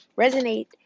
resonate